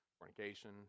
fornication